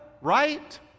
right